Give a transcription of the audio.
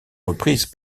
reprises